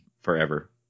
Forever